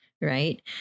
Right